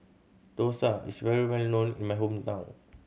dosa is well known in my hometown